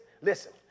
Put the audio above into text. listen